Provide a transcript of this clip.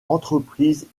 entreprises